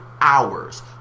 hours